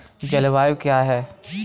जलवायु क्या है?